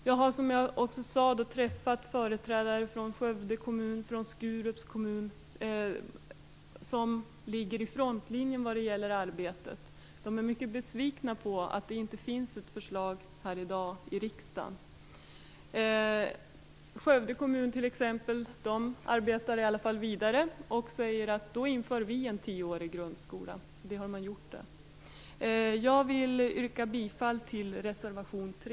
Jag har, som jag tidigare sade, träffat företrädare för Skövde kommun och Skurups kommun, där de ligger i frontlinjen vad gäller detta arbete. De är mycket besvikna över att det inte i dag finns ett förslag här i riksdagen. I Skövde kommun t.ex. arbetar de i alla fall vidare och säger: Då inför vi en tioårig grundskola. Det har de också gjort. Jag vill yrka bifall till reservation 3.